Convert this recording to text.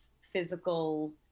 physical